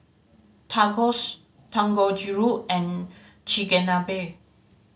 Tacos Dangojiru and Chigenabe